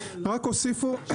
רק הוסיפו את